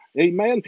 Amen